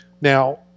Now